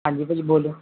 ਹਾਂਜੀ ਭਾਅ ਜੀ ਬੋਲੋ